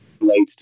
relates